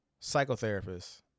psychotherapist